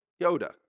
Yoda